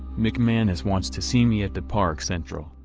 mcmanus wants to see me at the park central,